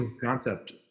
concept